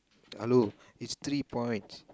hello it's three points